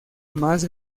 más